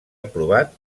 aprovat